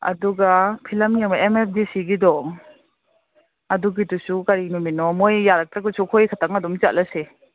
ꯑꯗꯨꯒ ꯐꯤꯂꯝ ꯌꯦꯡꯕ M F D ꯁꯤꯒꯤꯗꯣ ꯑꯗꯨꯒꯤꯗꯨꯁꯨ ꯀꯔꯤ ꯅꯨꯃꯤꯠꯅꯣ ꯃꯣꯏ ꯌꯥꯔꯛꯇ꯭ꯔꯒꯁꯨ ꯑꯩꯈꯣꯏ ꯈꯛꯇꯪ ꯑꯗꯨꯝ ꯆꯠꯂꯁꯦ